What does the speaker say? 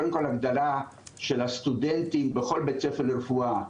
קודם כל הגדלה של הסטודנטים בכל בית ספר לרפואה,